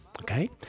Okay